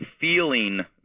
feeling